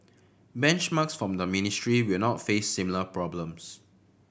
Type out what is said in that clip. benchmarks from the ministry will not face similar problems